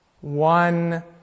One